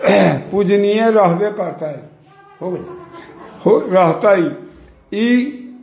पूजनीय रहबे करतै हो रहतै ई ई